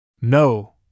No